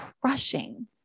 crushing